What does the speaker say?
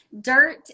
dirt